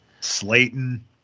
slayton